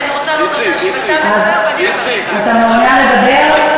אתה מעוניין לדבר?